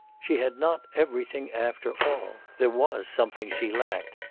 she had not everything, after all. there was something she lacked.